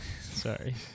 Sorry